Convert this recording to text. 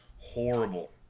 horrible